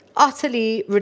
utterly